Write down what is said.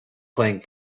playing